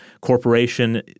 corporation